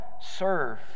serve